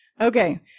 okay